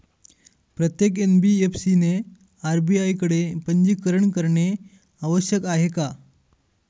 प्रत्येक एन.बी.एफ.सी ने आर.बी.आय कडे पंजीकरण करणे आवश्यक आहे का?